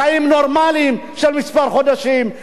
כלאו אותנו, שמו אותנו בכלא.